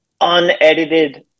unedited